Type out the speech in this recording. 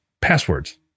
passwords